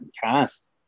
cast